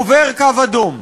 עובר קו אדום,